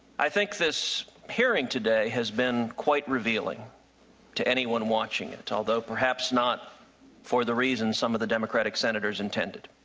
i think this hearing today has been quite revealing to anyone watching. and although perhaps not for the reasons some of the democratic senators intended.